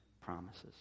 promises